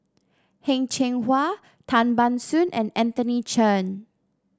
Heng Cheng Hwa Tan Ban Soon and Anthony Chen